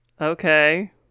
okay